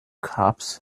cops